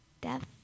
death